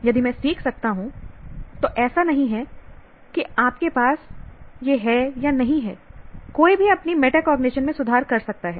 यदि मैं सीख सकता हूं तो ऐसा नहीं है कि आपके पास यह है या नहीं है कोई भी अपनी मेटाकॉग्निशन में सुधार कर सकता है